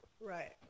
Right